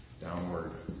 downward